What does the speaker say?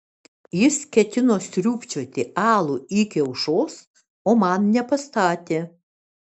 jis ketino sriūbčioti alų iki aušros o man nepastatė